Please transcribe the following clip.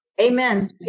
amen